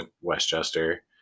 Westchester